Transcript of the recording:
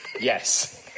yes